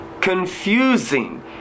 confusing